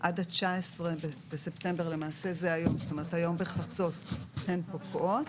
עד ה-19 בספטמבר כך שלמעשה היום בחצות הן פוקעות.